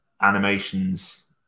animations